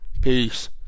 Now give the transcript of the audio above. Peace